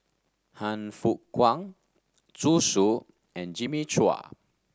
Han Fook Kwang Zhu Xu and Jimmy Chua